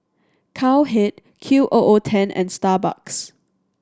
Cowhead Q O O Ten and Starbucks